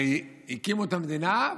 הרי הקימו את המדינה,